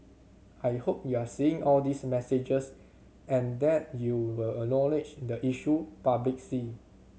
I hope you're seeing all these messages and that you will acknowledge the issue publicly